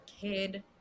kid